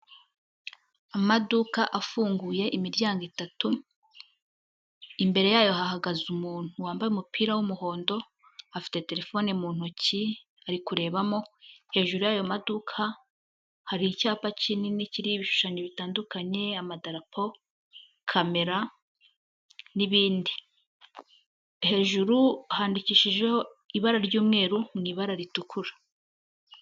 Amaduka afunguye imiryango itatu, imbere yayo hahagaze umuntu wambaye umupira w'umuhondo, afite telefone mu ntoki ari kurebamo, hejuru y'ayo maduka, hari icyapa kinini kiriho ibishushanyo bitandukanye, amadarapo, kamera n'ibindi. Hejuru handikishijeho ibara ry'umweru mu ibara ritukura.